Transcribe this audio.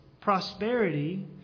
prosperity